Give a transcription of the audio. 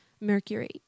Mercury